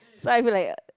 so I feel like